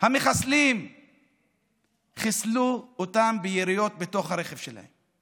המחסלים חיסלו אותם ביריות בתוך הרכב שלהם.